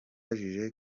yabajije